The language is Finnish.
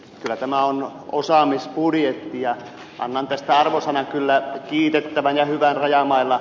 kyllä tämä on osaamisbudjetti ja annan tästä arvosanan kyllä kiitettävän ja hyvän rajamailla